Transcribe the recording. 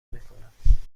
میکنم